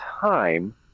time